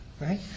right